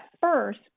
first